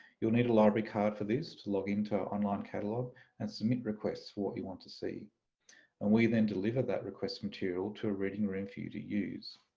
you'll need a library card for this, to log into our online catalogue and submit requests for what you want to see and we then deliver that request material to a reading room for you to use.